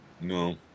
No